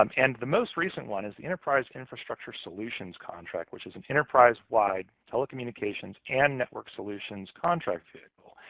um and the most recent one is the enterprise infrastructure solutions contract, which is an enterprise-wide telecommunications and network solutions contract vehicle.